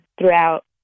throughout